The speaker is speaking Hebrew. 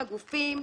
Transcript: הגופים.